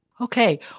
Okay